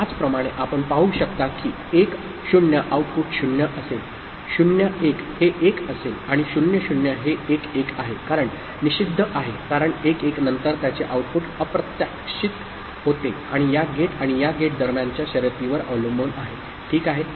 त्याचप्रमाणे आपण पाहू शकता की 1 0 आउटपुट 0 असेल 0 1 हे 1 असेल आणि 0 0 हे 1 1 आहे कारण निषिद्ध आहे कारण 1 1 नंतर त्याचे आउटपुट अप्रत्याशित होते आणि या गेट आणि या गेट दरम्यानच्या शर्यतीवर अवलंबून आहे ठीक आहे